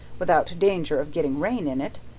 without danger of getting rain in it,